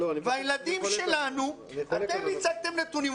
אני חולק --- אתם הצגתם נתונים.